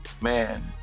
Man